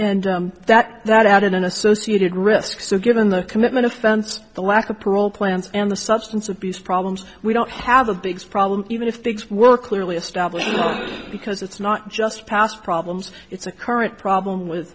and that that added an associated risk so given the commitment offense the lack of parole plans and the substance abuse problems we don't have a big problem even if they were clearly established because it's not just past problems it's a current problem with